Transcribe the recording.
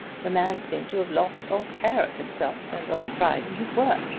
the man seemed to have lost all care of himself and all pride in his work.